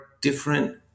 different